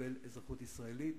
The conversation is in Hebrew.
לקבל אזרחות ישראלית.